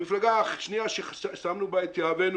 המפלגה השנייה ששמנו בה את יהבנו